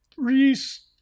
Reese